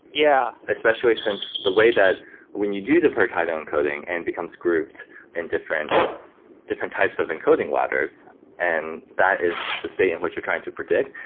yeah especially since the way that when you do the per title encoding and becomes grouped in different different types of encoding ladders and that is the state in which you're trying to predict,